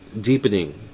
deepening